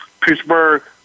Pittsburgh